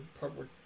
public